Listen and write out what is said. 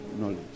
Knowledge